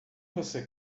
você